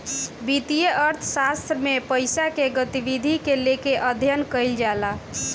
वित्तीय अर्थशास्त्र में पईसा के गतिविधि के लेके अध्ययन कईल जाला